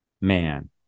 man